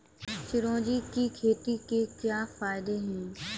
चिरौंजी की खेती के क्या फायदे हैं?